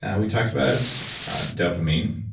and we talked about dopamine